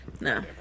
No